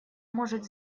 может